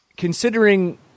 Considering